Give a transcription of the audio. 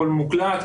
הכול מוקלט,